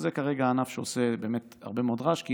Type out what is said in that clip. זה כרגע ענף שעושה באמת הרבה מאוד רעש, כי